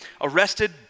arrested